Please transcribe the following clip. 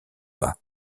pas